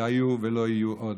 שהיו ולא יהיו עוד,